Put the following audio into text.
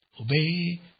obey